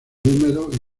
húmedos